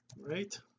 right